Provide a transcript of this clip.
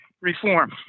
reform